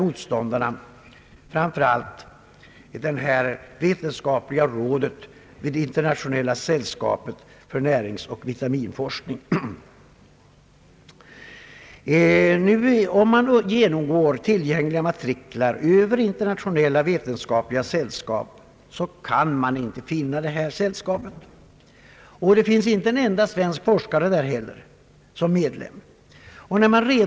Motståndarna har framför allt åberopat vetenskapliga rådet vid Internationella sällskapet för näringsoch vitalämnesforskning. Om man genomgår tillgängliga matriklar över internationella vetenskapliga sällskap kan man inte finna detta sällskap, och det finns inte en enda svensk forskare som medlem där.